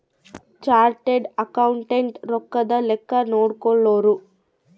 chartered accountant ರೊಕ್ಕದ್ ಲೆಕ್ಕ ನೋಡ್ಕೊಳೋರು